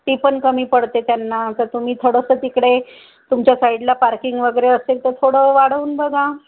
ती पण कमी पडते त्यांना तर तुम्ही थोडंसं तिकडे तुमच्या साईडला पार्किंग वगैरे असेल तर थोडं वाढवून बघा